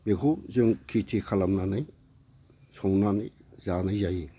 बेखौ जों खिथि खालामनानै संनानै जानाय जायो